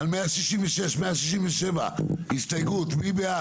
אנחנו מצביעים על 167-166, הסתייגות, מי בעד?